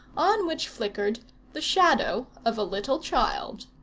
on which flickered the shadow of a little child.